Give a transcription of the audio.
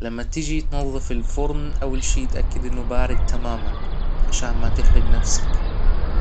لما تيجي تنظف الفرن اول شي إتأكد انه بارد تماما عشان ما تحرج نفسك